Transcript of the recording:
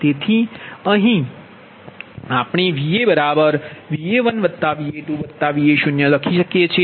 તેથી અહીં આપણે VaVa1Va2Va0 લખી શકીએ છીએ